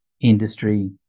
industry